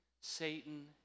Satan